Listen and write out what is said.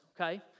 okay